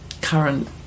current